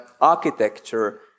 architecture